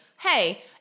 hey